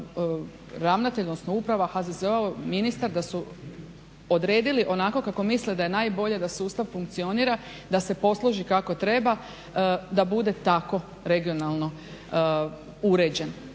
ravnatelj odnosno uprava HZZO-a, ministar odredili onako kako misle da je najbolje da sustav funkcionira da se posloži kako treba da bude tako regionalno uređene.